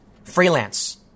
freelance